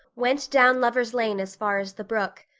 went down lover's lane as far as the brook.